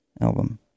album